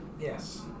Yes